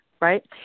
Right